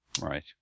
Right